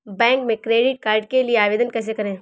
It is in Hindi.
बैंक में क्रेडिट कार्ड के लिए आवेदन कैसे करें?